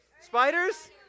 Spiders